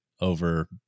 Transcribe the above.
over